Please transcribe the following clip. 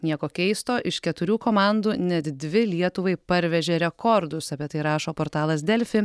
nieko keisto iš keturių komandų net dvi lietuvai parvežė rekordus apie tai rašo portalas delfi